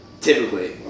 typically